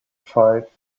five